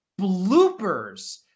bloopers